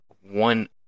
one